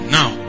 now